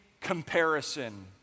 comparison